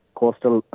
coastal